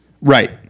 Right